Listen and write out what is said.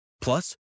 Plus